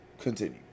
Continue